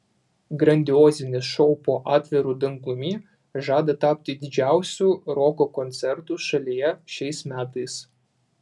grandiozinis šou po atviru dangumi žada tapti didžiausiu roko koncertu šalyje šiais metais